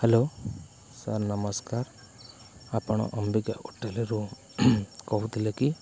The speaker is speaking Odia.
ହ୍ୟାଲୋ ସାର୍ ନମସ୍କାର ଆପଣ ଅମ୍ବିକା ହୋଟେଲ୍ରୁ କହୁଥିଲେ କି